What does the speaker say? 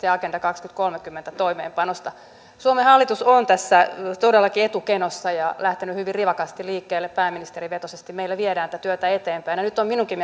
ja agenda kaksituhattakolmekymmentän toimeenpanosta suomen hallitus on tässä todellakin etukenossa lähtenyt hyvin rivakasti liikkeelle pääministerivetoisesti meillä viedään tätä työtä eteenpäin ja nyt on minunkin